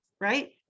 right